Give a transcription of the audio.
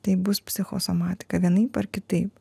tai bus psichosomatika vienaip ar kitaip